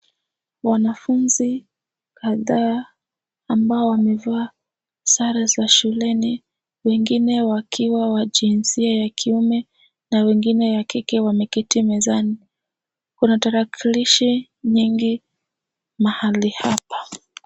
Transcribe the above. Wanafunzi kadhaa ambao wamevaa sare za shuleni wengine wakiwa wa jinsia ya kiume na wengine ya kike wameketi mezani. Kuna tarakilishi nyingi mahali hapa.